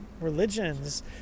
religions